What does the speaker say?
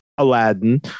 Aladdin